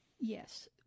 Yes